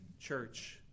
church